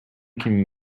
can